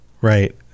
Right